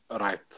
Right